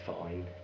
fine